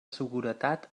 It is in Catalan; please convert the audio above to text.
seguretat